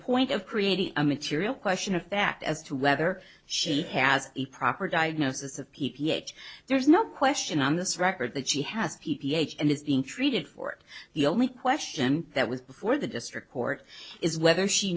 point of creating a material question of fact as to whether she has a proper diagnosis of p p h there's no question on this record that she has ph and is being treated for it the only question that was before the district court is whether she